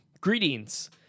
greetings